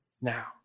now